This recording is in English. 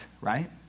right